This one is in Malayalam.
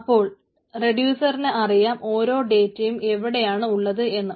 അപ്പോൾ റെഡിയൂസറിന് അറിയാം ഓരോ ഡേറ്റയും എവിടെയാണ് ഉള്ളത് എന്ന്